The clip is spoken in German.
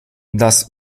das